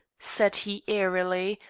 said he airily,